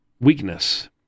weakness